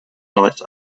lights